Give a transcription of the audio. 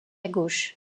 gauche